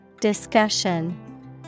Discussion